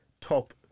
top